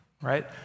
Right